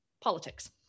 politics